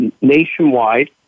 nationwide